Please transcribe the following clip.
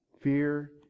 Fear